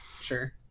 Sure